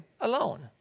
alone